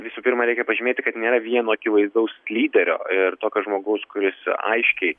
visų pirma reikia pažymėti kad nėra vieno akivaizdaus lyderio ir tokio žmogaus kuris aiškiai